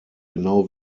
genau